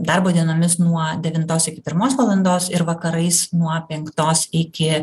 darbo dienomis nuo devintos iki pirmos valandos ir vakarais nuo penktos iki